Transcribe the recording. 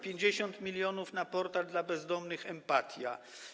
50 mln na portal dla bezdomnych Emp@tia.